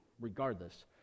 regardless